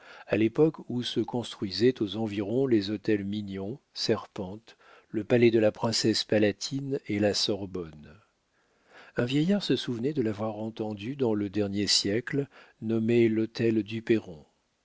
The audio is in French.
à l'époque où se construisaient aux environs les hôtels mignon serpente le palais de la princesse palatine et la sorbonne un vieillard se souvenait de l'avoir entendu dans le dernier siècle nommer l'hôtel duperron